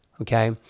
Okay